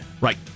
Right